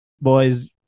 Boys